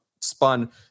spun